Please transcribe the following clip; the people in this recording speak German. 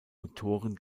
motoren